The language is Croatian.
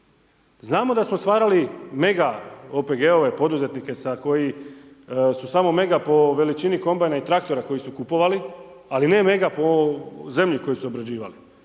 Znamo da smo stvarali mega OPG-ove, poduzetnike koji su samo mega po veličini kombajna i traktora koji su kupovali ali ne mega po zemlji koju su obrađivali.